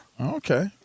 Okay